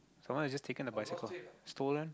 someone is just taken the bicycle stolen